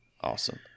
Awesome